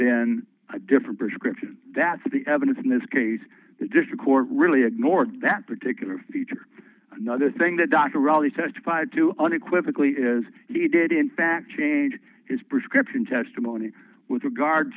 been a different prescription that's the evidence in this case that just the court really ignored that particular feature another thing that dr ali testified to unequivocally is he did in fact change his prescription testimony with regard